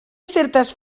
certes